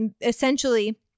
essentially